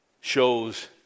shows